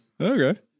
Okay